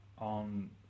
on